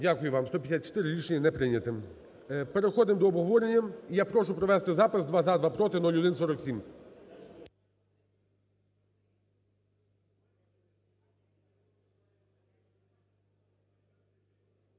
Дякую вам. 154, рішення не прийнято. Переходимо до обговорення. І я прошу провести запис: два – за, два – проти. 0147.